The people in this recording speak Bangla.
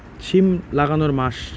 সিম লাগানোর মাস?